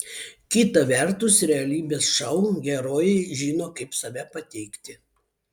kita vertus realybės šou herojai žino kaip save pateikti